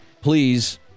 Please